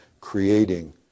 creating